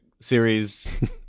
Series